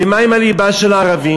ומה עם הליבה של הערבים,